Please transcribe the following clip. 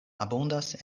abundas